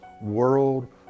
world